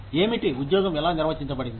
ఏమిటి ఉద్యోగం ఎలా నిర్వచించబడింది